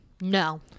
No